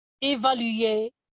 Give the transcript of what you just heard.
évaluer